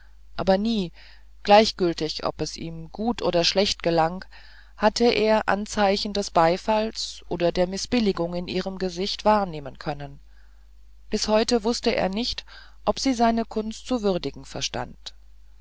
aber nie gleichgültig ob es ihm gut oder schlecht gelang hatte er anzeichen des beifalls oder der mißbilligung an ihrem gesicht wahrnehmen können bis heute wußte er nicht ob sie seine kunst zu würdigen verstand